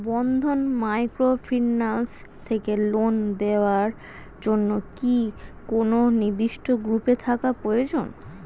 বন্ধন microfinance থেকে loan নেওয়ার জন্য কি কোন নির্দিষ্ট গ্রুপে থাকা প্রয়োজন?